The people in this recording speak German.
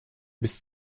bis